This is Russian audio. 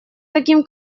таким